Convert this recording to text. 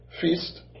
feast